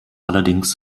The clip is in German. allerdings